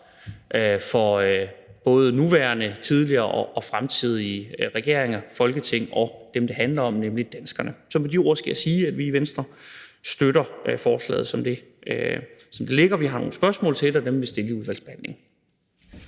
for både nuværende, tidligere og fremtidige regeringer og for Folketinget og for dem, det handler om, nemlig danskerne. Med de ord skal jeg sige, at vi i Venstre støtter forslaget, som det ligger. Vi har nogle spørgsmål til det, og dem vil vi stille i udvalgsbehandlingen.